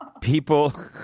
people